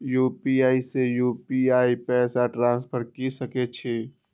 UPI से UPI पैसा transfer की सके छी?